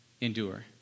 endure